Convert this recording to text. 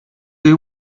you